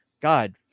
God